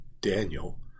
Daniel